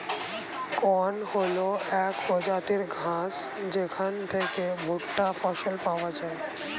corn হল এক প্রজাতির ঘাস যেখান থেকে ভুট্টা ফসল পাওয়া যায়